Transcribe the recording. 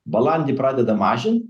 balandį pradeda mažint